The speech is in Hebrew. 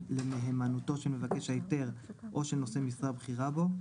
מהימנותו של מבקש ההיתר או של נושא בכירה בו.